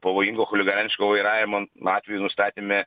pavojingo chuliganiško vairavimo atvejų nustatėme